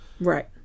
Right